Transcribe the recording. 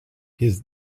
his